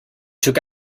took